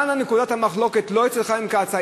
כאן נקודת המחלוקת, ולא אצל חיים כץ.